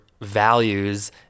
values